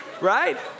Right